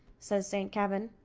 says saint kavin.